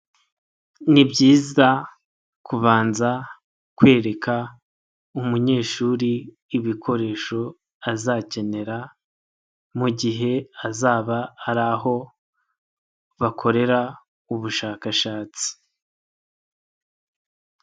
Nibyiza kubanza kwereka umunyeshuri ibikoresho azakenera mu gihe hazaba hari aho bakorera ubushakashatsi.